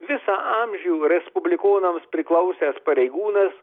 visą amžių respublikonams priklausęs pareigūnas